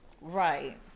Right